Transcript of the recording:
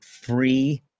free